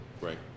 Right